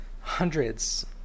hundreds